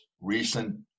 recent